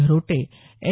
घरोटे N